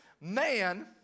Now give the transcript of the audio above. man